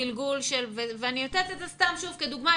אני נותנת את זה סתם כדוגמה,